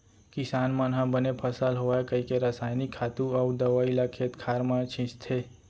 किसान मन ह बने फसल होवय कइके रसायनिक खातू अउ दवइ ल खेत खार म छींचथे